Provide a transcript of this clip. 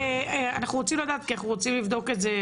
אנחנו רוצים לדעת כי אנחנו לבדוק את זה.